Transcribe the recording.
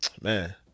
man